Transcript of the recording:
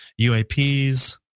UAPs